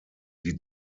die